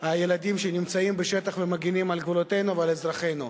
ילדים שנמצאים בשטח ומגינים על גבולותינו ועל אזרחינו.